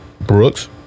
Brooks